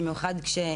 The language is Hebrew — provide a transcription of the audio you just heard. בנוסף,